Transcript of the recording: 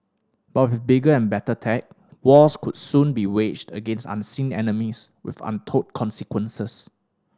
but with bigger and better tech wars could soon be waged against unseen enemies with untold consequences